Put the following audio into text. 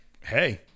hey